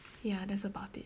ya that's about it